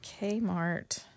Kmart—